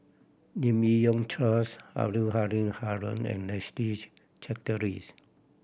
Lim Yi Yong Charles Abdul Hadu Haron and Leslie's Charteris